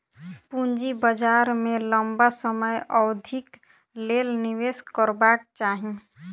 पूंजी बाजार में लम्बा समय अवधिक लेल निवेश करबाक चाही